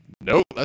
nope